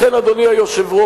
לכן, אדוני היושב-ראש,